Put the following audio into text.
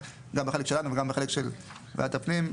גם בחלק שלנו וגם בחלק של ועדת הפנים.